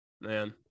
man